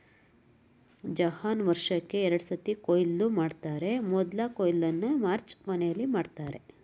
ಚಹಾನ ವರ್ಷಕ್ಕೇ ಎರಡ್ಸತಿ ಕೊಯ್ಲು ಮಾಡ್ತರೆ ಮೊದ್ಲ ಕೊಯ್ಲನ್ನ ಮಾರ್ಚ್ ಕೊನೆಲಿ ಮಾಡ್ತರೆ